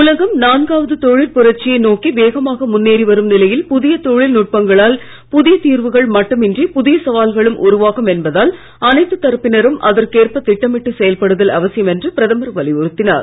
உலகம் நான்காவது தொழிற்புரட்சியை நோக்கி வேகமாக முன்னேறி வரும் நிலையில் புதிய தொழில் நுட்பங்களால் புதிய தீர்வுகள் மட்டுமின்றி புதிய சவால்களும் உருவாகும் என்பதால் அனைத்துத் தரப்பினரும் அதற்கேற்ப திட்டமிட்டு செயல்படுதல் அவசியம் என்று பிரதமர் வலியுறுத்தினார்